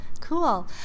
Cool